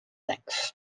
length